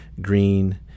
green